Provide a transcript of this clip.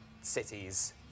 cities